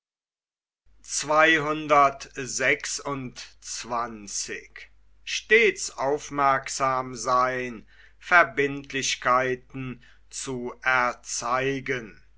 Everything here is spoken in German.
verbindlichkeiten zu erzeigen